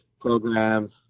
programs